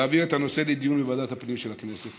להעביר את הנושא לדיון בוועדת הפנים של הכנסת.